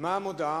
מה המודעה?